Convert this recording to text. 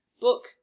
book